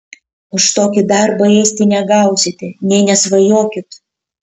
už tokį darbą ėsti negausite nė nesvajokit